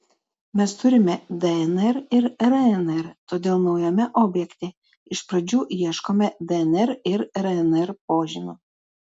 mes turime dnr ir rnr todėl naujame objekte iš pradžių ieškome dnr ir rnr požymių